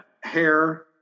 hair